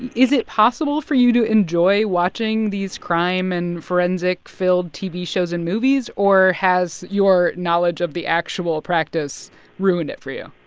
is it possible for you to enjoy watching these crime and forensic-filled tv shows and movies? or has your knowledge of the actual practice ruined it for you?